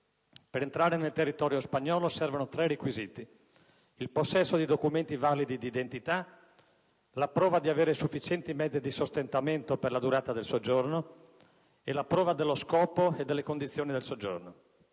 Per entrare nel territorio spagnolo servono tre requisiti: il possesso di documenti validi di identità, la prova di avere sufficienti mezzi di sostentamento per la durata del soggiorno e la prova dello scopo e delle condizioni del soggiorno.